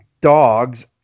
dogs